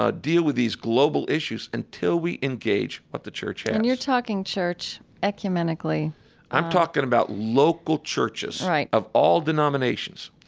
ah deal with these global issues until we engage what the church has and you're talking church ecumenically i'm talking about local churches, right, of all denominations.